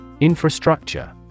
Infrastructure